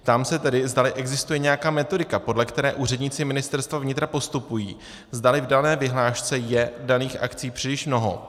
Ptám se tedy, zdali existuje nějaká metodika, podle které úředníci Ministerstva vnitra postupují, zdali v dané vyhlášce je daných akcí příliš mnoho.